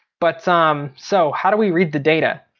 but so, um so how do we read the data?